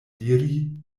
diri